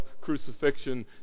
crucifixion